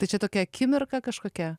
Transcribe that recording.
tai čia tokia akimirka kažkokia